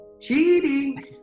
cheating